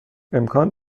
امکان